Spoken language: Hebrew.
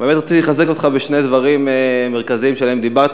באמת רציתי לחזק אותך בשני דברים מרכזיים שעליהם דיברת.